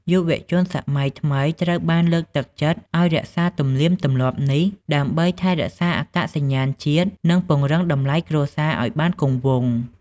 យុវជនសម័យថ្មីត្រូវបានលើកទឹកចិត្តឱ្យរក្សាទំនៀមទម្លាប់នេះ ដើម្បីថែរក្សាអត្តសញ្ញាណជាតិ និងពង្រឹងតម្លៃគ្រួសារឱ្យបានគង់វង្ស។